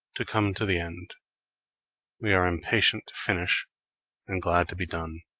to come to the end we are impatient to finish and glad to be done.